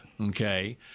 okay